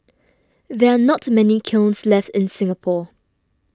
there are not many kilns left in Singapore